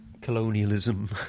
colonialism